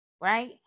Right